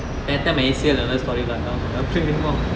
then I tear A_C_L another story lah now cannot play anymore